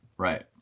Right